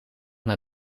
naar